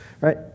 Right